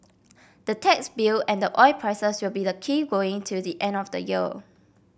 the tax bill and the oil prices will be the key going till the end of the year